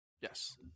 Yes